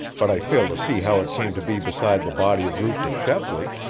but i fail to see how it came to be beside the body of rufus shepley.